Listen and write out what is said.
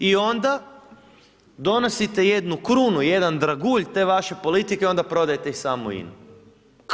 I onda donosite jednu krunu, jedan dragulj te vaše politike i onda prodajte i samu INA-u.